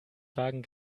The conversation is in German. wagen